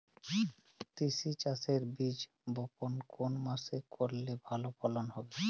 তিসি চাষের বীজ বপন কোন মাসে করলে ভালো ফলন হবে?